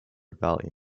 valley